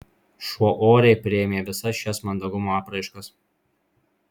šuo oriai priėmė visas šias mandagumo apraiškas